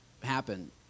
happen